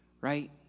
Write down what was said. right